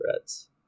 threats